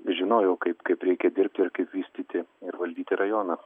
žinojau kaip kaip reikia dirbti ir kaip vystyti ir valdyti rajoną